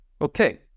okay